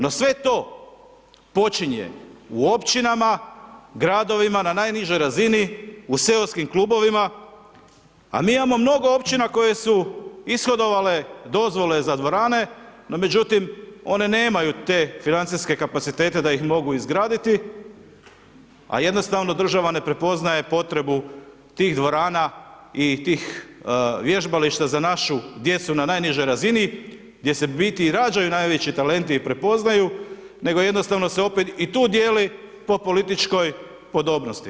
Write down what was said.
No sve to počinje u općinama, u gradovima, na najnižoj razini, u seksom klubovima, a mi imamo mnogo općina koje su ishodovale dozvole za dvorane, no međutim, oni nemaju te financijske kapacitete da ih mogu izgraditi, a jednostavno država ne prepoznaje potrebu tih dvorana i tih vježbališta za našu djecu na najnižoj razini, gdje se u biti rađaju najveći talenti i prepoznaju, nego jednostavno se opet i tu dijeli po političkoj podobnosti.